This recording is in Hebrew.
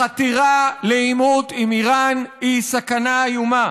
החתירה לעימות עם איראן היא סכנה איומה.